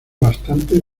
bastante